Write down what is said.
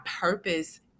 purpose